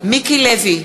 מיקי לוי,